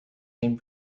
same